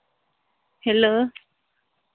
hello